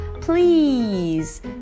Please